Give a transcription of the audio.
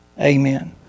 Amen